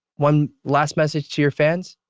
one last message to your fans,